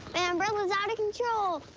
and umbrella's out of control.